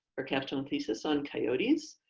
her capstone thesis, on coyotes.